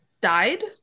died